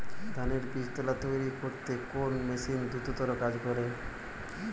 ধানের বীজতলা তৈরি করতে কোন মেশিন দ্রুততর কাজ করে?